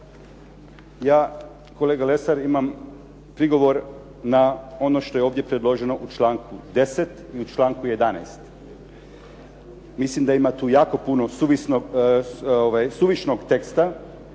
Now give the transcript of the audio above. ja kolega Lesar imam prigovor na ono što je ovdje predloženo u članku 10. i u članku 11. Mislim da ima jako puno tu suvišnog teksta,